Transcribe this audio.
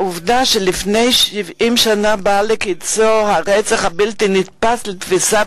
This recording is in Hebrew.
העובדה שלפני 70 שנה בא לקצו הרצח הבלתי-ניתן לתפיסה,